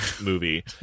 movie